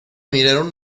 miraron